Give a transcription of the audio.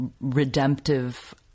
redemptive